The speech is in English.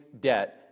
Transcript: debt